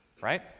Right